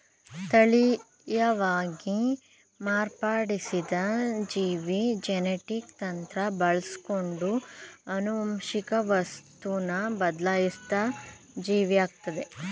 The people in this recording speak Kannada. ತಳೀಯವಾಗಿ ಮಾರ್ಪಡಿಸಿದ ಜೀವಿ ಜೆನೆಟಿಕ್ ತಂತ್ರ ಬಳಸ್ಕೊಂಡು ಆನುವಂಶಿಕ ವಸ್ತುನ ಬದ್ಲಾಯ್ಸಿದ ಜೀವಿಯಾಗಯ್ತೆ